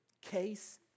Case